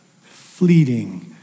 fleeting